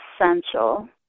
essential